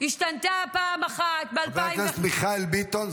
השתנתה פעם אחת --- חבר הכנסת מיכאל ביטון,